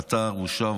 האתר הושב